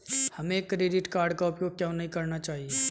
हमें credit card का उपयोग क्यों नहीं करना चाहिए?